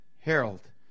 Harold